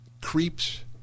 creeps